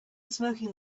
smoking